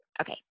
Okay